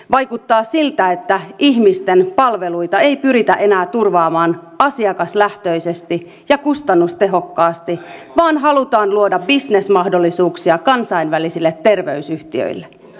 vaikuttaa siltä että ihmisten palveluita ei pyritä enää turvaamaan asiakaslähtöisesti ja kustannustehokkaasti vaan halutaan luoda bisnesmahdollisuuksia kansainvälisille terveysyhtiöille